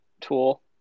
tool